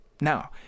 Now